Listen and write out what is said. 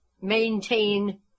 maintain